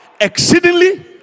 Exceedingly